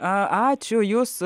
ačiū jūs